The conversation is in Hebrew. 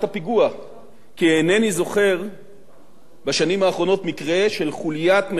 כי אינני זוכר בשנים האחרונות מקרה של חוליית מחבלים שמנתה 15